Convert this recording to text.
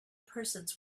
persons